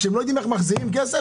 כשהם לא יודעים איך מחזירים כסף,